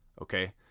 Okay